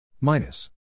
minus